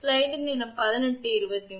668 centimetre இது டிக்கு சமமானது 𝐷𝑒𝑞